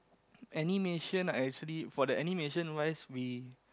animation are actually for the animation wise we